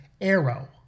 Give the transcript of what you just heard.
arrow